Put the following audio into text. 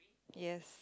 yes